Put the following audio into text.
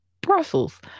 Brussels